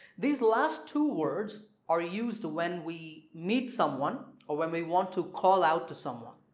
these last two words are used when we meet someone or when we want to call out to someone.